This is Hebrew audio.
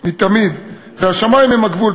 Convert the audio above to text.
מתמיד, והשמים הם הגבול.